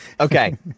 Okay